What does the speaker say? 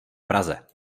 praze